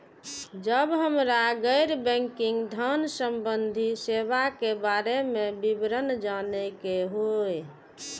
जब हमरा गैर बैंकिंग धान संबंधी सेवा के बारे में विवरण जानय के होय?